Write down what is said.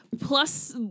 Plus